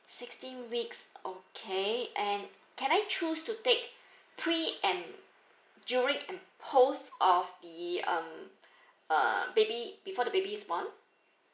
sixteen weeks okay and can I choose to take pre and during and post of the mm uh baby before the baby's born